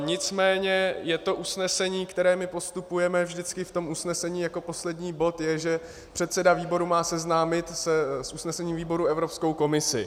Nicméně je to usnesení, které my postupujeme vždycky v tom usnesení jako poslední bod, je, že předseda výboru má seznámit s usnesením výboru Evropskou komisi.